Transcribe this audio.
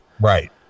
Right